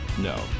No